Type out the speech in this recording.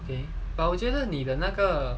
okay but 我觉得你的那个